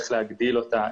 איך להגדיל אותה,